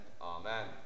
Amen